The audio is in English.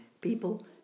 people